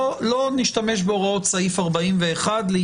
אנחנו